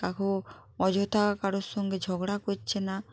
কাহো অযথা কারোর সঙ্গে ঝগড়া করছে না